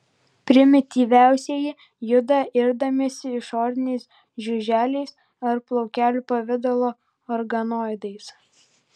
primityviausieji juda irdamiesi išoriniais žiuželiais ar plaukelių pavidalo organoidais